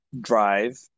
Drive